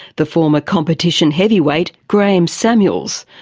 the former competition heavyweight graeme samuel,